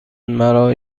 مرا